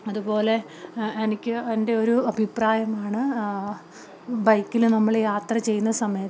അതുപോലെ എനിക്ക് എൻ്റെയൊരു അഭിപ്രായമാണ് ബൈക്കില് നമ്മള് യാത്ര ചെയ്യുന്ന സമയത്ത്